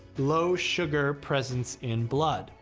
low sugar presence in blood.